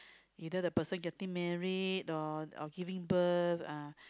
either the person getting married or or giving birth ah